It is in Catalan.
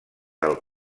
del